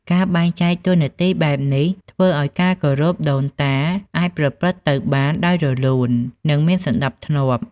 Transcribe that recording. ការបែងចែកតួនាទីបែបនេះ ធ្វើឱ្យការគោរពដូនតាអាចប្រព្រឹត្តទៅបានដោយរលូន និងមានសណ្ដាប់ធ្នាប់។